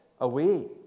away